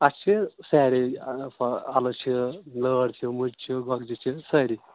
اَسہِ چھِ سارے اہَن حظ اَلہٕ چھِ لٲر چھِ مُجہِ چھِ گۄگجہِ چھِ سٲری